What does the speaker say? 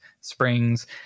springs